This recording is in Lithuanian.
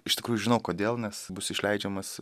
iš tikrųjų žinau kodėl nes bus išleidžiamas